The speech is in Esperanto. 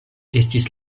estis